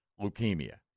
leukemia